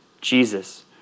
Jesus